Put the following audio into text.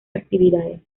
actividades